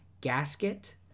Gasket